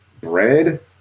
bread